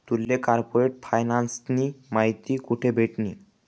तुले कार्पोरेट फायनान्सनी माहिती कोठे भेटनी?